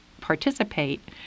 participate